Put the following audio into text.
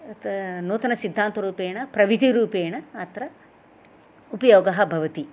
नूतनसिद्धान्तरूपेण प्रविधिरूपेण अत्र उपयोगः भवति